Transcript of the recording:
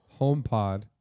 HomePod